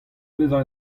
bezañ